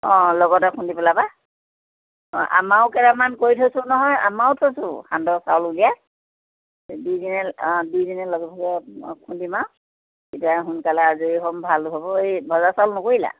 অঁ লগতে খুন্দি পেলাবা অঁ আমাৰো কেইটামান কৰি থৈছোঁ নহয় আমাৰো থৈছোঁ সান্দহ চাউল উলিয়াই দুইজনীয়ে অঁ দুইজনীয়ে লগে ভাগে খুন্দিম আৰু তেতিয়াহে সোনকালে আজৰি হ'ম ভাল হ'ব এই ভজা চাউল নকৰিলা